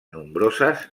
nombroses